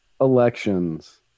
elections